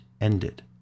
ended